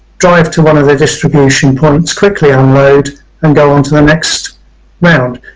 drive to one of the distribution points, quickly unload and go onto the next round.